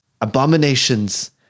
abominations